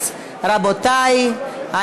אני